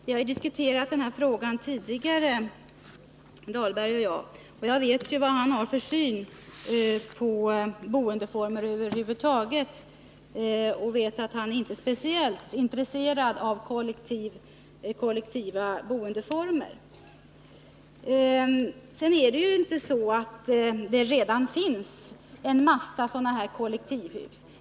Herr talman! Herr Dahlberg och jag har ju tidigare diskuterat den här frågan, och jag vet vad han har för syn på boendeformer över huvud taget och att han inte är speciellt intresserad av kollektiva boendeformer. Sedan är det ju inte så att det redan finns en massa sådana här kollektivhus.